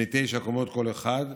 בני תשע קומות כל אחד,